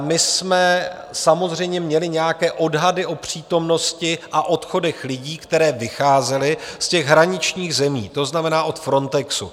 My jsme samozřejmě měli nějaké odhady o přítomnosti a odchodech lidí, které vycházely z hraničních zemí, to znamená od Frontexu.